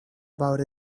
about